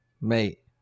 mate